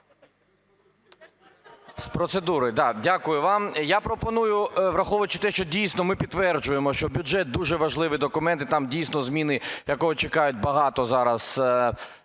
З процедури, да. Дякую вам. Я пропоную, враховуючи те, що, дійсно, ми підтверджуємо, що бюджет дуже важливий документ і там, дійсно, зміни, якого чекають багато зараз